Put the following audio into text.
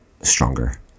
stronger